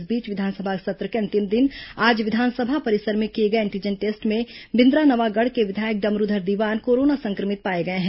इस बीच विधानसभा सत्र के अंतिम दिन आज विधानसभा परिसर में किए गए एंटीजन टेस्ट में बिंद्रानवागढ़ के विधायक डमरूधर दीवान कोरोना संक्रमित पाए गए हैं